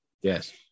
Yes